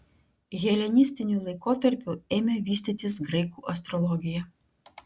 helenistiniu laikotarpiu ėmė vystytis graikų astrologija